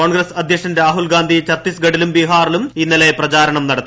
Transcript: കോൺഗ്രസ്സ് അധ്യക്ഷൻ രാഹുൽഗാന്ധി ഛത്തീസ്ഗഡിലും ബീഹാറിലും ഇന്നലെ പ്രചാരണം നടത്തി